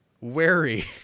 wary